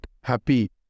happy